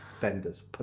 vendors